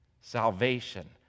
salvation